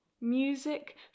music